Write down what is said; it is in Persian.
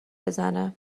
بزنه